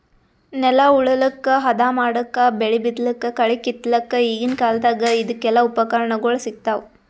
ನೆಲ ಉಳಲಕ್ಕ್ ಹದಾ ಮಾಡಕ್ಕಾ ಬೆಳಿ ಬಿತ್ತಲಕ್ಕ್ ಕಳಿ ಕಿತ್ತಲಕ್ಕ್ ಈಗಿನ್ ಕಾಲ್ದಗ್ ಇದಕೆಲ್ಲಾ ಉಪಕರಣಗೊಳ್ ಸಿಗ್ತಾವ್